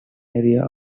area